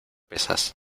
pesas